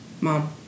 Mom